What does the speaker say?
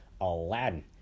aladdin